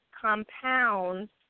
compounds